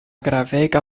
gravega